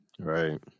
Right